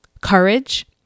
courage